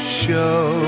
show